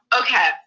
okay